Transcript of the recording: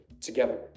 together